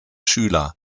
schüler